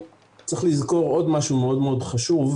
צריך לזכור עוד משהו מאוד מאוד חשוב,